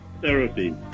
therapy